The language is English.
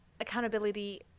accountability